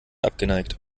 abgeneigt